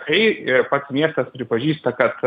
kai pats miestas pripažįsta kad